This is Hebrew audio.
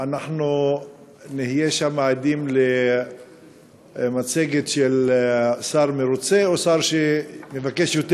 אנחנו נהיה שם עדים למצגת של שר מרוצה או שר שמבקש יותר?